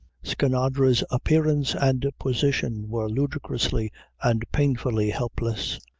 skinadre's appearance and position were ludicrously and painfully helpless.